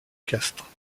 castres